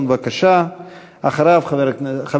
אנחנו